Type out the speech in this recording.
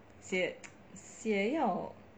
写 写要